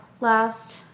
last